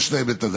יש להם את זה.